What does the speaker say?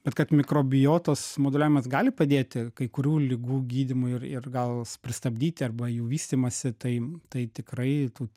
bet kad mikrobiotos modeliavimas gali padėti kai kurių ligų gydymui ir ir gal s pristabdyti arba jų vystymąsi tai tai tikrai tų